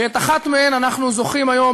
שאת אחת מהן אנחנו זוכים היום,